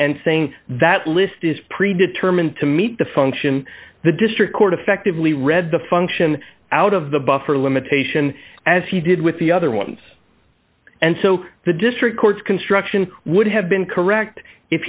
and saying that list is pre determined to meet the function the district court affectively read the function out of the buffer limitation as he did with the other ones and so the district court's construction would have been correct if